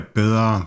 bedre